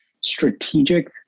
strategic